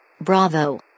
Bravo